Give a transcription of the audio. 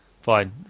Fine